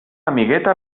amigueta